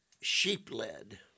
sheep-led